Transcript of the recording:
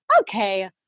okay